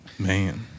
Man